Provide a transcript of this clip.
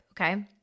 Okay